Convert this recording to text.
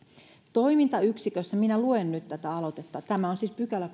toimintayksikössä minä luen nyt tätä aloitetta tämä on siis kahdeskymmenes pykälä